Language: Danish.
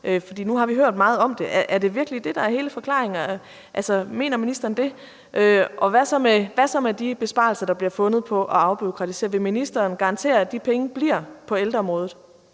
nu har vi hørt meget om det. Er det virkelig det, der er hele forklaringen? Mener ministeren det? Hvad så med de besparelser, der bliver fundet på at afbureaukratisere? Vil ministeren garantere, at de penge bliver på ældreområdet?